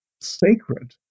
sacred